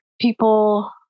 people